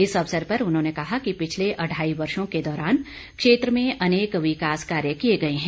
इस अवसर पर उन्होंने कहा कि पिछले अढाई वर्षो के दौरान क्षेत्र में अनेक विकास कार्य किए गए हैं